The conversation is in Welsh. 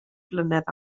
flynedd